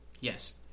Yes